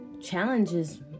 challenges